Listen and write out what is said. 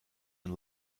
and